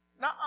Now